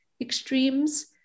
extremes